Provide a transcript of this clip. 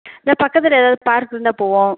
இந்த பக்கத்தில் ஏதாவது பார்க் இருந்தால் போவோம்